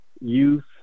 youth